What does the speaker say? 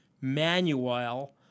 manual